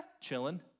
chilling